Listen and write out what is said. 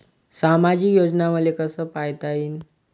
सामाजिक योजना मले कसा पायता येईन?